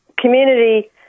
community